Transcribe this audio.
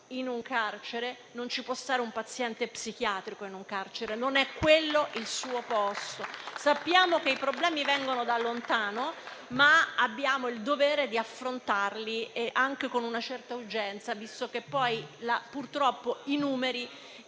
in un carcere. Non può stare nemmeno un paziente psichiatrico in un carcere, non è quello il suo posto. Sappiamo che i problemi vengono da lontano, ma abbiamo il dovere di affrontarli, anche con una certa urgenza, visto che purtroppo i numeri